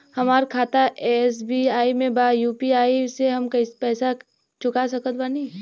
हमारा खाता एस.बी.आई में बा यू.पी.आई से हम पैसा चुका सकत बानी?